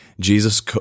Jesus